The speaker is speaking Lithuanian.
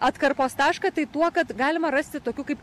atkarpos tašką tai tuo kad galima rasti tokių kaip